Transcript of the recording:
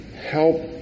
help